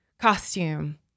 costume